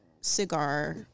cigar